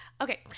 Okay